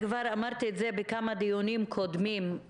כבר אמרתי את זה בכמה דיונים קודמים,